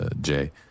Jay